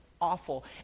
awful